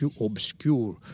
obscure